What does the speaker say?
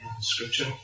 scripture